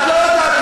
את לא יודעת.